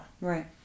Right